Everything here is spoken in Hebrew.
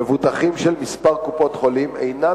מבוטחים של כמה קופות-חולים אינם